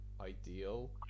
ideal